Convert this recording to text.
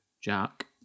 jack